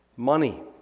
money